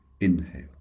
inhale